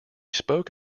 spoke